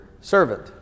servant